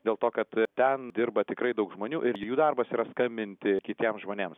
dėl to kad ten dirba tikrai daug žmonių ir jų darbas yra skambinti kitiems žmonėms